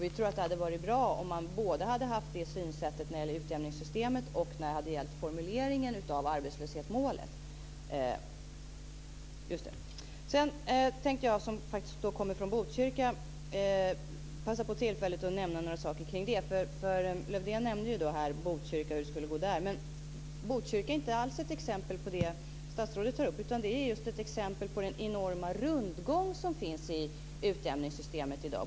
Vi tror att det hade varit bra om man både hade haft det synsättet när det gäller utjämningssystemet och när det gällde formuleringen av arbetslöshetsmålet. Jag, som kommer från Botkyrka, tänkte passa på tillfället att nämna några saker kring det. Lövdén nämnde Botkyrka, och hur det skulle gå där. Men Botkyrka är inte alls ett exempel på det som statsrådet tar upp, utan det är just ett exempel på den enorma rundgång som finns i utjämningssystemet i dag.